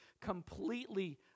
completely